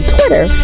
Twitter